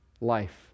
life